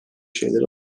şeyleri